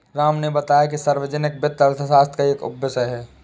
राम ने बताया कि सार्वजनिक वित्त अर्थशास्त्र का एक उपविषय है